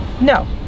No